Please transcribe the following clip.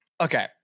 Okay